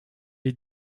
est